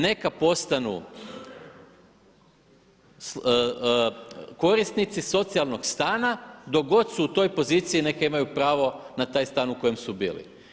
Neka postanu korisnici socijalnog stana dok god su u toj poziciji neka imaju pravo na taj stan u kojem su bili.